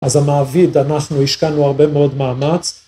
‫אז המעביד, אנחנו השקענו ‫הרבה מאוד מאמץ.